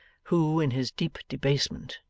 who, in his deep debasement,